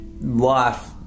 life